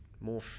more